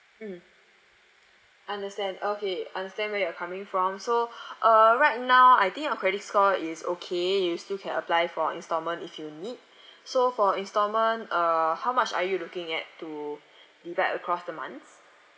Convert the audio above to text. mm understand okay understand where you're coming from so uh right now I think your credit score is okay you still can apply for instalment if you need so for instalment uh how much are you looking at to divide across the months